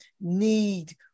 need